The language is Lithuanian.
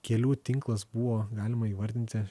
kelių tinklas buvo galima įvardinti